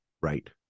Right